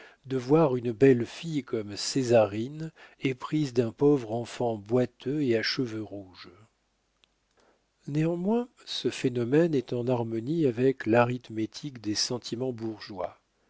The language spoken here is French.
de voir une belle fille comme césarine éprise d'un pauvre enfant boiteux et à cheveux rouges néanmoins ce phénomène est en harmonie avec l'arithmétique des sentiments bourgeois